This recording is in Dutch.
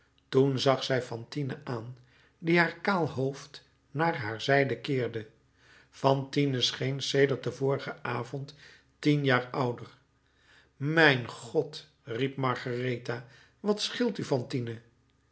toen zag zij fantine aan die haar kaal hoofd naar haar zijde keerde fantine scheen sedert den vorigen avond tien jaren ouder mijn god riep margaretha wat scheelt u